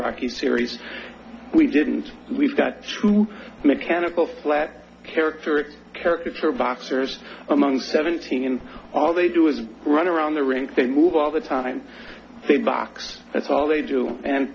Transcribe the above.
rocky series we didn't we've got to mechanical flat character caricature boxers among seventeen and all they do is run around the rink they move all the time they box that's all they do and